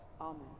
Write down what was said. Amen